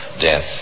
death